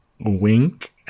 Wink